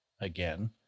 again